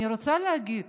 אני רוצה להגיד